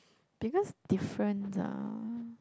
because difference ah